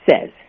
says